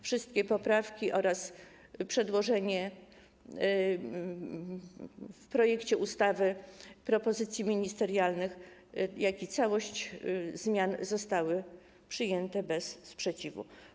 Wszystkie poprawki oraz przedłożenie w projekcie ustawy propozycji ministerialnych, jak również całość zmian zostały przyjęte bez sprzeciwu.